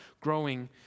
growing